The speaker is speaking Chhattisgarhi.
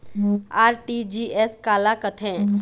आर.टी.जी.एस काला कथें?